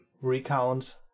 recount